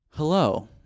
Hello